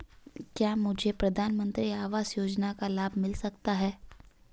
क्या मुझे प्रधानमंत्री आवास योजना का लाभ मिल सकता है?